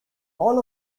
all